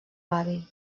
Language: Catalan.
avi